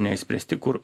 neišspręsti kur